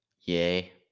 yay